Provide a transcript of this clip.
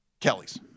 Kelly's